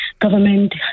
government